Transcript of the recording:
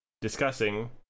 discussing